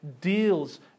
deals